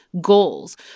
goals